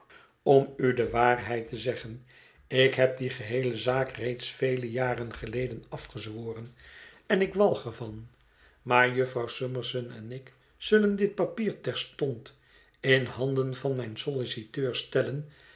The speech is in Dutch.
om u de waarheid te zeggen ik heb die geheele zaak reeds vele jaren geleden afgezworen en ik walg er van maar jufvrouw summerson en ik zullen dit papier terstond in handen van mijn solliciteur stellen